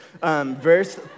Verse